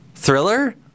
Thriller